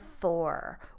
four